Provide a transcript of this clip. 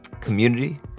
community